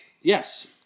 yes